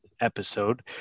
episode